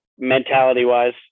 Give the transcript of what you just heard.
mentality-wise